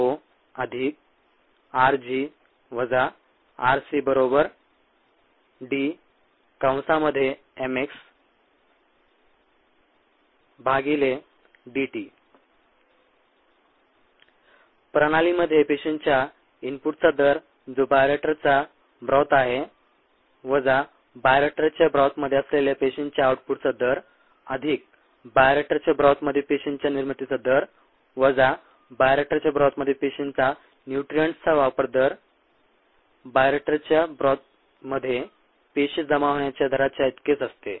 ri ro rg rc प्रणालीमध्ये पेशींच्या इनपुटचा दर जो बायोरिएक्टरचा ब्रॉथ आहे वजा बायोरिएक्टरच्या ब्रॉथमध्ये असलेल्या पेशींच्या आउटपुटचा दर अधिक बायोरिएक्टरच्या ब्रॉथ मध्ये पेशींच्या निर्मितीचा दर वजा बायोरिएक्टरच्या ब्रॉथमध्ये पेशींचा न्युट्रिअंटस्चा वापर दर बायोरिएक्टरच्या ब्रॉथमध्ये पेशी जमा होण्याच्या दराच्या इतकेच असते